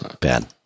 bad